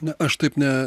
na aš taip ne